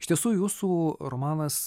iš tiesų jūsų romanas